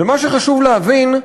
ומה שחשוב להבין,